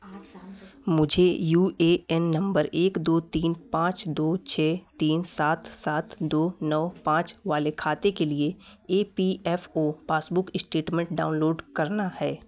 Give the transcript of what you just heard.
मुझे U A N नंबर एक दो तीन पाँच दो छः तीन सात सात दो नौ पाँच वाले खाते के लिए E P F O passbook statement download करना है